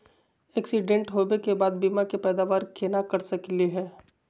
Accident होवे के बाद बीमा के पैदावार केना कर सकली हे?